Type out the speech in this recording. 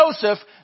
Joseph